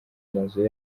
mazu